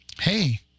hey